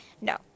No